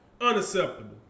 Unacceptable